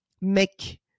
make